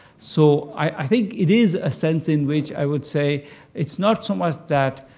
so i think it is a sense in which i would say it's not so much that